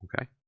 Okay